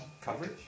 coverage